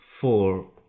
four